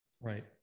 Right